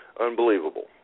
unbelievable